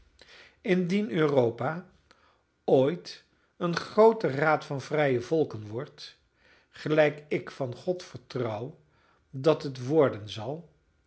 indien europa ooit een groote raad van vrije volken wordt gelijk ik van god vertrouw dat het worden zal indien